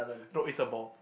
no it's a ball